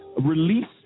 release